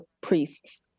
priests